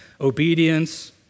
obedience